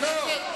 גם שם זה קורה.